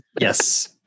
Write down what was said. Yes